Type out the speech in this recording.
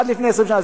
עד לפני 20 שנה,